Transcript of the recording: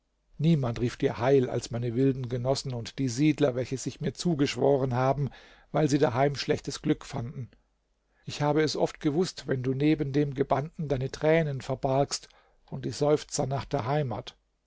niemand rief dir heil als meine wilden genossen und die siedler welche sich mir zugeschworen haben weil sie daheim schlechtes glück fanden ich habe es oft gewußt wenn du neben dem gebannten deine tränen verbargst und die seufzer nach der heimat